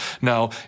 Now